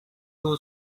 two